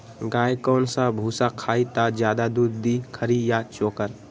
गाय कौन सा भूसा खाई त ज्यादा दूध दी खरी या चोकर?